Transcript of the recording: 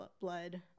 blood